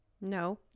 No